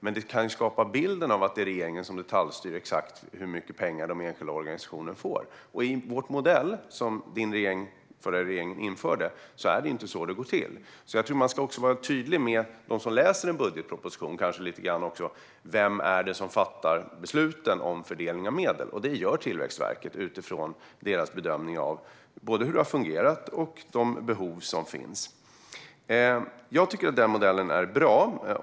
Men det kan skapa bilden att det är regeringen som detaljstyr exakt hur mycket pengar de enskilda organisationerna får. I vår modell, som infördes av den förra regeringen, är det inte så det går till. Jag tycker att man ska vara tydlig gentemot dem som läser en budgetproposition om vem det är som fattar besluten om fördelning av medel, och det gör Tillväxtverket utifrån sin bedömning av både hur det har fungerat och vilka behov som finns. Jag tycker att den här modellen är bra.